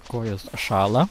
kojos šąla